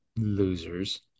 losers